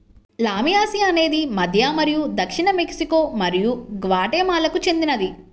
లామియాసి అనేది మధ్య మరియు దక్షిణ మెక్సికో మరియు గ్వాటెమాలాకు చెందినది